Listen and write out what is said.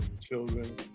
children